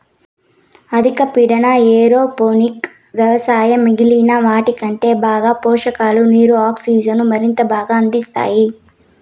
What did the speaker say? అధిక పీడన ఏరోపోనిక్ వ్యవస్థ మిగిలిన వాటికంటే బాగా పోషకాలు, నీరు, ఆక్సిజన్ను మరింత బాగా అందిస్తాయి